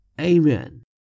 Amen